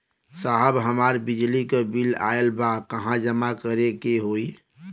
साहब हमार बिजली क बिल ऑयल बा कहाँ जमा करेके होइ?